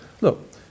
look